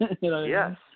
Yes